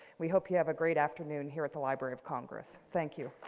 we hope you have a great afternoon here at the library of congress. thank you.